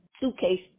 suitcase